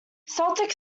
celtic